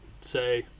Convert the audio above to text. say